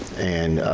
and.